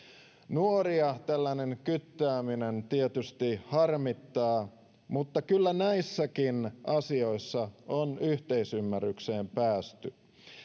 nuoria tällainen kyttääminen tietysti harmittaa mutta kyllä näissäkin asioissa on yhteisymmärrykseen päästy